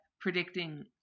predicting